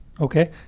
Okay